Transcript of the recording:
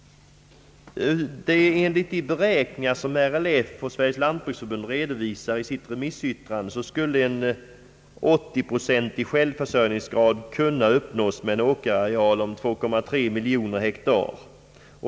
Enligt de beräkningar som RLF och Sveriges lantbruksförbund redovisar i sitt remissyttrande skulle en 80-procentig självförsörjningsgrad kunna uppnås med en åkerareal av 2,3 miljoner hektar.